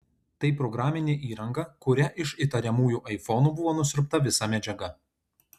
tai programinė įranga kuria iš įtariamųjų aifonų buvo nusiurbta visa medžiaga